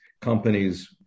companies